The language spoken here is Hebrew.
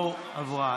לא עברה.